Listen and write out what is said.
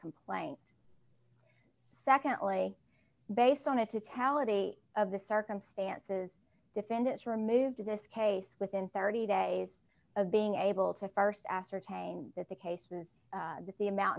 complaint secondly based on it to tally the of the circumstances defendants removed in this case within thirty days of being able to st ascertain that the case was the amount